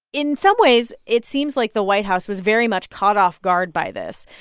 in some ways, it seems like the white house was very much caught off guard by this.